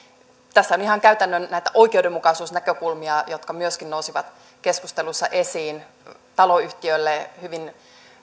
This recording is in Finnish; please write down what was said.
tässä on näitä ihan käytännön oikeudenmukaisuusnäkökulmia jotka myöskin nousivat keskustelussa esiin taloyhtiöille hyvin